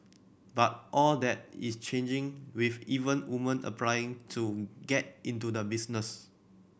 but all that is changing with even woman applying to get into the business